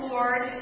Lord